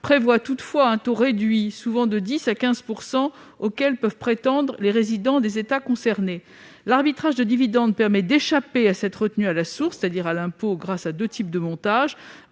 prévoient toutefois un taux réduit, souvent de 10 % ou 15 %, auquel peuvent prétendre les résidents des États concernés. L'arbitrage de dividendes permet d'échapper à cette retenue à la source, c'est-à-dire à l'impôt, grâce à deux types de montages